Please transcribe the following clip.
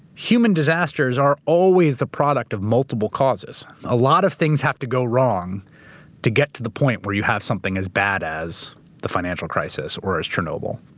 human disasters are always the product of multiple causes. a lot of things have to go wrong to get to the point where you have something as bad as the financial crisis or as chernobyl.